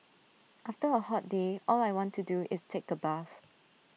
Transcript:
after A hot day all I want to do is take A bath